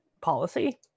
policy